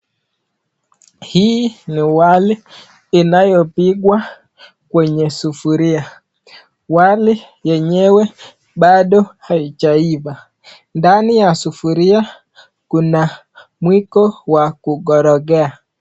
Hii ni wali inayopigwa kwenye sufuria wali yenyewe bado haijaiva. Ndani ya sufuria kuna mwiko wa kugorogea.